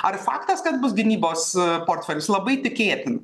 ar faktas kad bus gynybos portfelis labai tikėtina